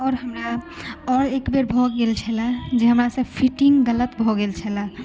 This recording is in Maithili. आओर हमरा आओर एकबेर भऽ गेल छले जे हमरा सऽ फिटिंग गलत भऽ गेल छले